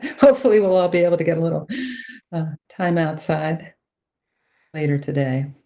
hopefully we'll all be able to get a little time outside later today.